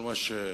כל מה שזקן,